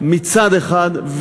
מצד אחד,